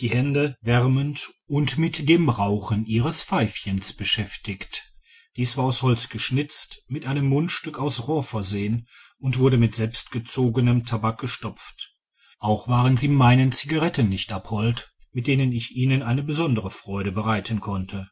die hände digitized by google wärmend und mit dem rauchen ihres pfeifchens beschäftigt dies war aus holz geschnitzt mit einem mundstück aus rohr versehen und wurde mit selbstgezogenem tabak gestopft auch waren sie meinen cigaretten nicht abhold mit denen ich ihnen eine besondere freude bereiten konnte